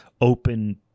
open